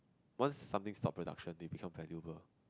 once something stop production they become valuable